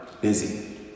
busy